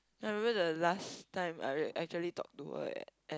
then I remember the last time I r~ actually talk to her at at